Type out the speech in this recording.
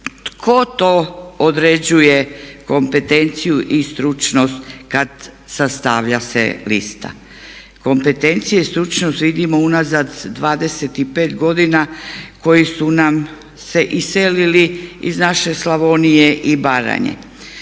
tko to određuje kompetenciju i stručnost kad sastavlja se lista? Kompetencije i stručnost vidimo unazad 25 godina koji su nam se iselili iz naše Slavonije i Baranje.